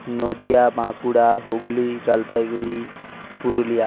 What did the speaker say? Nadia Bankura Hooghly Jalpaiguri Purulia